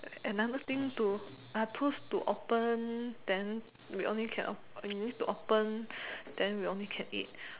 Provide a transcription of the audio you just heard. another thing to tools to open then we can only open we need to open then we only can eat